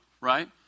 right